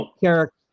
character